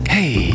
Hey